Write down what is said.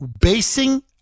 basing